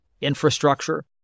Infrastructure